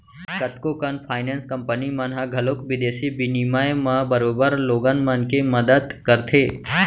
कतको कन finance company मन ह घलौक बिदेसी बिनिमय म बरोबर लोगन मन के मदत करथे